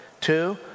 Two